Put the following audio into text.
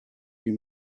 you